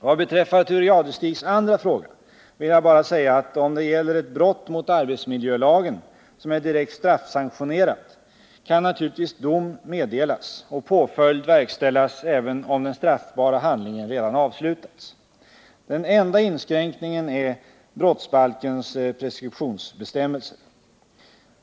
Vad beträffar Thure Jadestigs andra fråga vill jag bara säga att om det gäller ett brott mot arbetsmiljölagen, som är direkt straffsanktionerat, kan naturligtvis dom meddelas och påföljd verkställas även om den straffbara handlingen redan avslutats. Den enda inskränkningen är brottsbalkens preskriptionsbestämmelser.